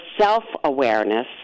self-awareness